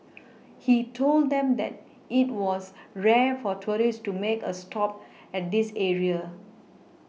he told them that it was rare for tourists to make a stop at this area